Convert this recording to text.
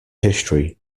history